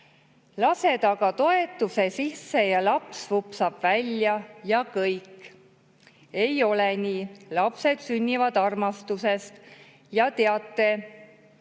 "Lased aga toetuse sisse, laps vupsab välja ja ongi kõik. Ei ole nii. Lapsed sünnivad armastusest. Teate,